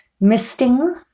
misting